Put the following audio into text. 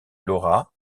laura